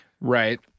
Right